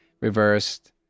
reversed